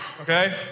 Okay